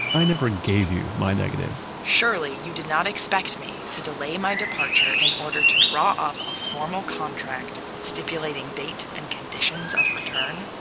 i never gave you my negatives surely you did not expect me to delay my departure in order to draw up a formal contract stipulating date and conditions of return.